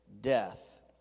death